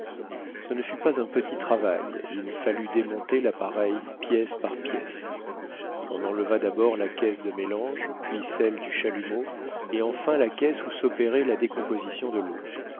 ce ne fut pas un petit travail il fallut démonter l'appareil pièce par pièce on enleva d'abord la caisse de mélange puis celle du chalumeau et enfin la caisse où s'opérait la décomposition de l'eau